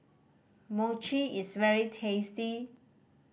Mochi is very tasty